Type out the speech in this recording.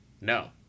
No